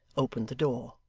opened the door.